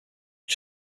ils